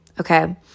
Okay